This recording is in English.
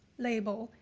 label,